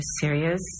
serious